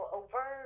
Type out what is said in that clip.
over